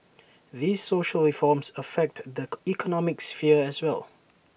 these social reforms affect the economic sphere as well